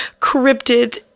cryptid